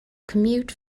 commute